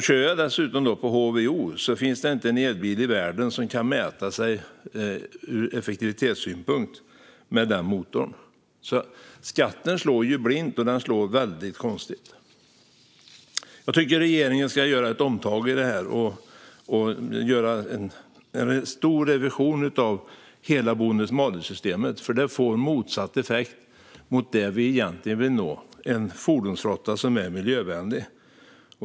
Kör jag dessutom på HVO finns det inte en elbil i världen som ur effektivitetssynpunkt kan mäta sig med den motorn. Skatten slår blint och väldigt konstigt. Jag tycker att regeringen ska göra ett omtag och göra en stor revision av hela bonus-malus-systemet, för det får motsatt effekt mot det vi egentligen vill nå: en fordonsflotta som är miljövänlig.